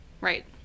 Right